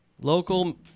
local